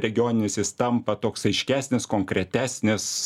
regioninis jis tampa toks aiškesnis konkretesnis